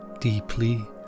deeply